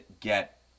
get